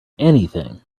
anything